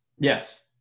Yes